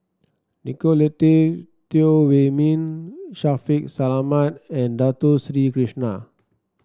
Nicolette Teo Wei Min Shaffiq Selamat and Dato Sri Krishna